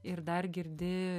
ir dar girdi